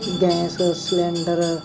gas cylinder